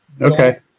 okay